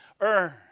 earn